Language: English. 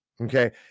Okay